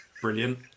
Brilliant